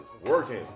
working